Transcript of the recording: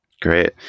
Great